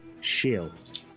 shield